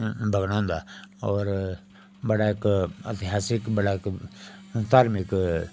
बगना होंदा होर बड़ा इक इतिहासिक बड़ा इक धार्मिक स्थान ऐ